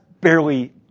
barely